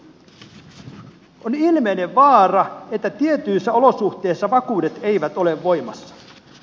on ilmeinen vaara että tietyissä olosuhteissa vakuudet eivät ole voimassa